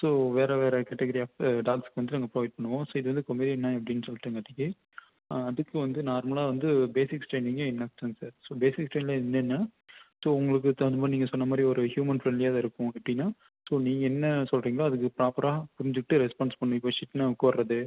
so வேறு வேறு category of டாக்ஸ்க்கு வண்ட்டு நாங்கள் ப்ரொவைட் பண்ணுவோம் ஸோ இது வந்து பொம்மேரின் நாய் அப்படின் சொல்ட்டேன்காட்டிக்கு அதுக்கு வந்து நார்மலாக வந்து பேசிக்ஸ் ட்ரைனிங்கே என்ன ஸோ பேசிக் ட்ரைனிங்கில் என்னென்னா ஸோ உங்குளுக்கு தகுந்தமாரி நீங்கள் சொன்னமாதிரி ஒரு ஹியூமன் ஃப்ரெண்ட்லியாக அது இருக்கும் எப்படின்னா ஸோ நீங்கள் என்ன சொல்லுறிங்ளோ அதுக்கு ப்ராப்பராக புரிஞ்சிகிட்டு ரெஸ்ப்பான்ஸ் பண்ணிக்கும் சிட்னா உட்கார்றது